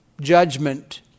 judgment